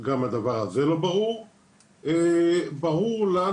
אני פותחת את הדיון בנושא העדר מענה ושירות לקוי ברשות הרישוי,